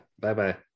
bye-bye